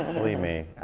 believe me,